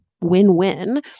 win-win